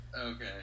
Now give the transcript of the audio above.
Okay